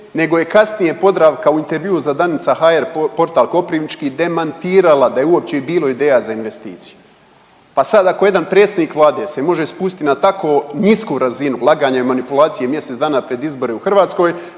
nego je kasnije Podravka u intervjuu za danica.hr, portal koprivnički demantirala da je uopće i bilo ideja za investiciju. Pa sad ako jedan predsjednik Vlade se može spustiti na tako nisku razinu laganja i manipulacije mjesec dana pred izbore u Hrvatskoj,